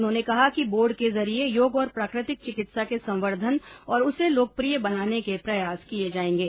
उन्होंने कहा कि बोर्ड के जरिए योग और प्राकृतिक चिकित्सा के संवर्धन और उसे लोकप्रिय बनाने के प्रयास किए जाएंगे